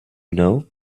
know